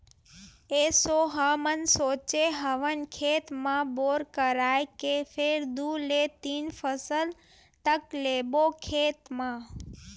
एसो हमन ह सोचे हवन खेत म बोर करवाए के फेर दू ले तीन फसल तक लेबो खेत म